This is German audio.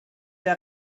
der